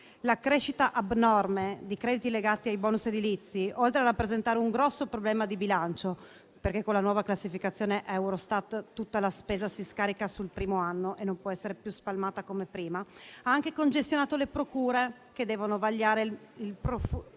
la crescita abnorme di crediti legati ai *bonus* edilizi, oltre a rappresentare un grosso problema di bilancio - con la nuova classificazione Eurostat tutta la spesa si scarica sul primo anno e non può essere più spalmata come prima - ha anche congestionato le procure, che devono vagliare il profluvio